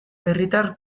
herritar